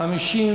מחלה (תיקון,